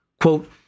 Quote